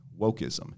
wokeism